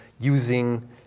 using